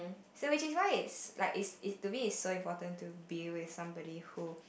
so which is why is like is is to me so important to be with somebody who